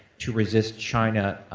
to resist china,